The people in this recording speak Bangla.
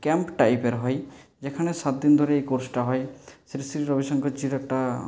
ক্যাম্প টাইপের হয় যেখানে সাতদিন ধরে এই কোর্সটা হয় শ্রী শ্রী রবিশঙ্করজির একটা